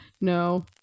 No